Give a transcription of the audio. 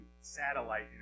satellite